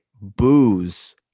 booze